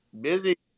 busy